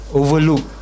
overlook